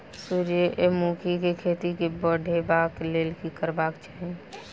सूर्यमुखी केँ खेती केँ बढ़ेबाक लेल की करबाक चाहि?